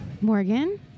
morgan